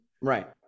right